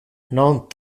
non